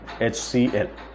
HCl